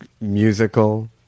musical